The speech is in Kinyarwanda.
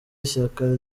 ishyaka